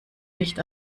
nicht